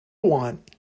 want